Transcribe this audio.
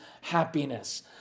happiness